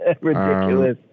ridiculous